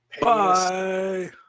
bye